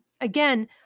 Again